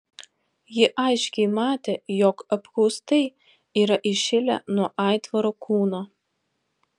ji aiškiai matė jog apkaustai yra įšilę nuo aitvaro kūno